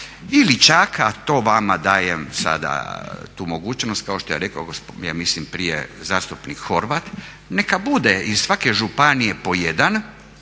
ili čak, a to vama dajem sada tu mogućnost kao što je rekao ja mislim prije zastupnik Horvat neka bude iz svake županije po jedan